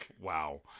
Wow